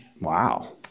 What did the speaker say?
wow